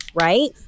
Right